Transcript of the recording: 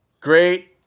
great